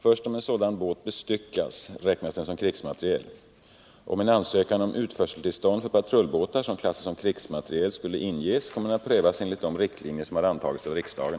Först om en sådan båt bestyckas räknas den som krigsmateriel. Om en ansökan om utförseltillstånd för patrullbåtar som klassas som krigsmateriel skulle inges, kommer den att prövas enligt de riktlinjer som har antagits av riksdagen.